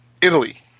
Italy